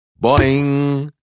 Boing